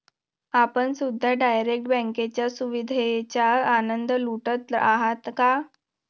आपण सुद्धा डायरेक्ट बँकेच्या सुविधेचा आनंद लुटत आहात का?